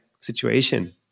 situation